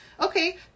Okay